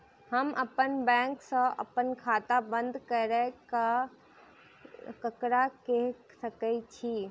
हम अप्पन बैंक सऽ अप्पन खाता बंद करै ला ककरा केह सकाई छी?